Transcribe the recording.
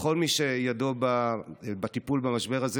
לכל מי שידו בטיפול במשבר הזה,